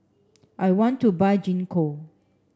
I want to buy Gingko